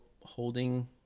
holding